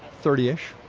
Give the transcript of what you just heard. thirty ish,